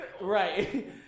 right